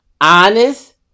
Honest